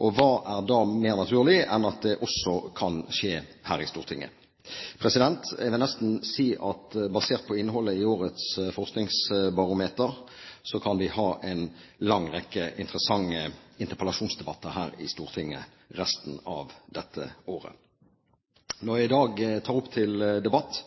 og hva er da mer naturlig enn at det også kan skje her i Stortinget? Jeg vil nesten si at basert på innholdet i årets forskningsbarometer kan vi ha en lang rekke interessante interpellasjonsdebatter her i Stortinget resten av dette året. Når jeg i dag tar opp til debatt